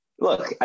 look